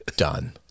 done